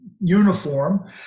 uniform